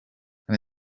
and